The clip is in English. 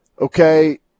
Okay